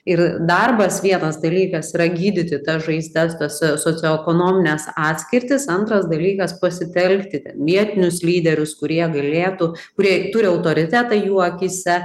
ir darbas vienas dalykas yra gydyti tas žaizdas tose socioekonomines atskirtis antras dalykas pasitelkti ten vietinius lyderius kurie galėtų kurie turi autoritetą jų akyse